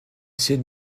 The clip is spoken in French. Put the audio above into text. essayer